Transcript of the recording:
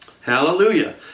Hallelujah